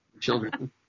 children